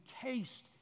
taste